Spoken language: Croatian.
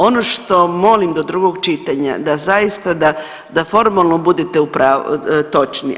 Ono što molim do drugog čitanja da zaista da formalno budete točni.